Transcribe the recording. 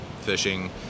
fishing